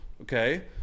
Okay